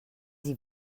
sie